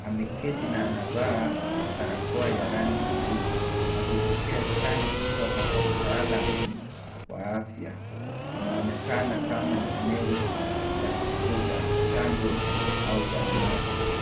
ameketi na anavaa barakoa ya rangi blue , akipokea chanjo kutoka kwa mtaalam wa afya. Inaonekana kama ni eneo la kituo cha chanjo au zahanati.